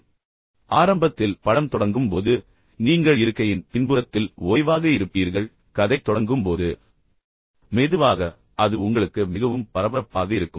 எனவே ஆரம்பத்தில் படம் தொடங்கும் போது நீங்கள் இருக்கையின் பின்புறத்தில் ஓய்வாக இருப்பீர்கள் கதை தொடங்கும் போது மெதுவாக அது உங்களுக்கு மிகவும் பரபரப்பாக இருக்கும்